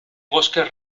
bosques